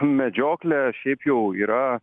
medžioklė šiaip jau yra